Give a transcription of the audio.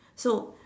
so